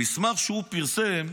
המסמך שהוא פרסם,